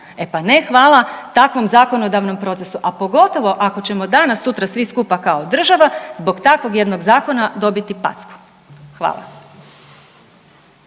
E pa ne hvala takvom zakonodavnom procesu a pogotovo ako ćemo danas-sutra svi skupa kao država zbog takvog jednog zakona dobiti packu. Hvala.